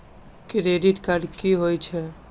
Credit card की होय छै?